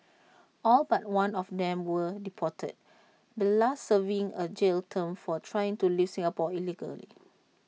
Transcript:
all but one of them were deported the last serving A jail term for trying to leave Singapore illegally